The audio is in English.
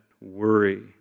worry